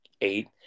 eight